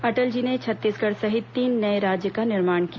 अटल जी ने छत्तीसगढ़ सहित तीन नए राज्य का निर्माण किया